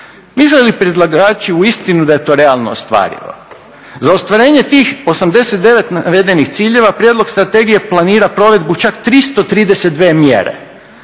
Misle li predlagači uistinu da je to realno ostvarivo? Za ostvarenje tih 89 navedenih ciljeva prijedlog strategije planira provedbu čak 332 mjere.